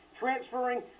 transferring